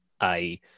I-